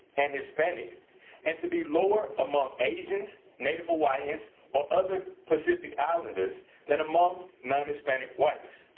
and hispanic and to be lower among asians, native hawaiians or other pacific islanders than among non-hispanic whites.